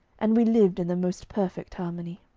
and we lived in the most perfect harmony.